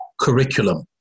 curriculum